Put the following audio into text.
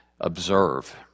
observe